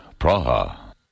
Praha